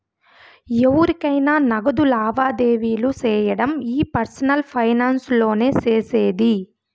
ఎవురికైనా నగదు లావాదేవీలు సేయడం ఈ పర్సనల్ ఫైనాన్స్ లోనే సేసేది